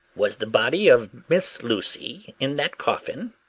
was the body of miss lucy in that coffin?